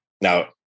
now